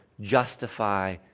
justify